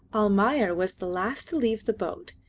almayer was the last to leave the boat,